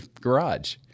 garage